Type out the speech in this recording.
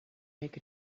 make